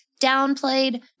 downplayed